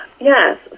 Yes